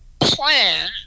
Plan